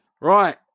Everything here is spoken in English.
Right